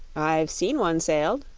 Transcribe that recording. i've seen one sailed,